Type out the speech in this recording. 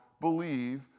believe